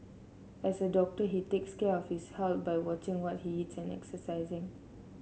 as a doctor he takes care of his health by watching what he eats and exercising